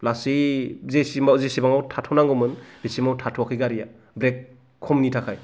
लासै जेसेबांआव थाथ'नांगौमोन बेसिमाव थाथ'वाखै गारिआ ब्रेक खमनि थाखाय